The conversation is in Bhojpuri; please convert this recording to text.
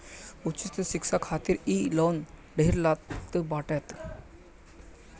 उच्च शिक्षा खातिर इ लोन ढेर लेत बाटे